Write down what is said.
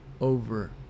over